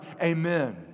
Amen